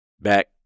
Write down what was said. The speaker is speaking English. back